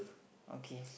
okay